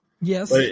Yes